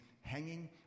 hanging